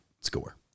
score